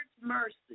mercy